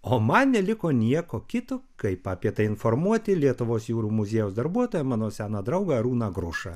o man neliko nieko kito kaip apie tai informuoti lietuvos jūrų muziejaus darbuotoją mano seną draugą arūną grušą